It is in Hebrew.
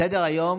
בסדר-היום